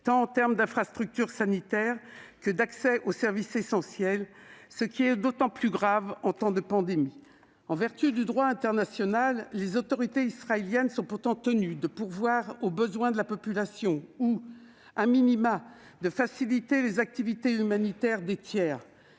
en termes tant d'infrastructures sanitaires que d'accès aux services essentiels, ce qui est d'autant plus grave en temps de pandémie. En vertu du droit international, les autorités israéliennes sont pourtant tenues de pourvoir aux besoins de la population ou de faciliter les activités humanitaires des tiers.